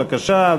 בבקשה,